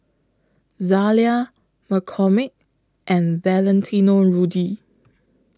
Zalia McCormick and Valentino Rudy